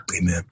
Amen